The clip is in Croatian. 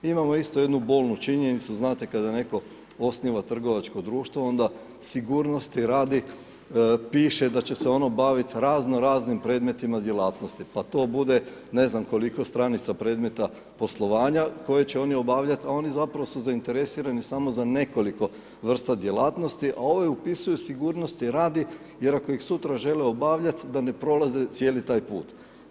Imamo isto jednu bolnu činjenicu, znate kada netko osniva trgovačko društvo, onda sigurnosti radi, piše da će se ono baviti raznoraznim premetima djelatnosti, pa top bude ne znam koliko stranica predmeta poslovanja, koje će oni obavljati, a oni zapravo su zainteresirani samo za nekoliko vrsta djelatnosti, a ove upisuju sigurnosti radi, jer ako ih sutra žele obavljat', da ne prolaze cijeli taj put.